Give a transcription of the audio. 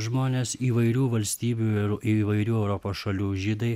žmonės įvairių valstybių ir įvairių europos šalių žydai